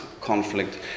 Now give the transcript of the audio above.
conflict